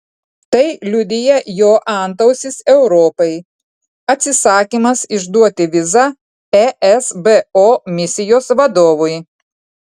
tai liudija jo antausis europai atsisakymas išduoti vizą esbo misijos vadovui